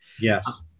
Yes